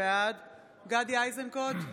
בעד גדי איזנקוט,